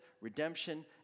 redemption